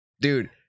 Dude